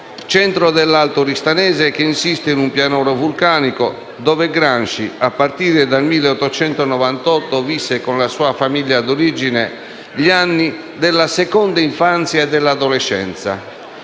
centro dell'Alto Oristanese che insiste su un pianoro vulcanico, dove Gramsci, a partire dal 1898, visse con la sua famiglia d'origine gli anni della seconda infanzia e dell'adolescenza.